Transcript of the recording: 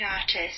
artist